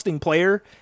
Player